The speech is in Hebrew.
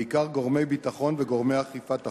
בעיקר גורמי ביטחון וגורמי אכיפת החוק,